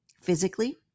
physically